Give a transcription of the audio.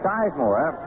Sizemore